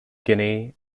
guinea